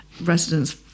residents